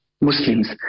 muslims